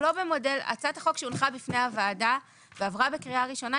הצעת החוק שהונחה בפני הוועדה ועברה בקריאה ראשונה,